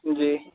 जी